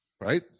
right